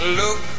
look